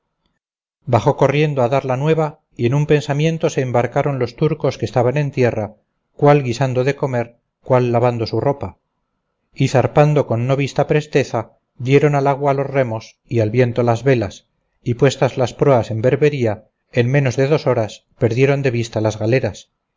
bajó corriendo a dar la nueva y en un pensamiento se embarcaron los turcos que estaban en tierra cuál guisando de comer cuál lavando su ropa y zarpando con no vista presteza dieron al agua los remos y al viento las velas y puestas las proas en berbería en menos de dos horas perdieron de vista las galeras